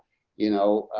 you know,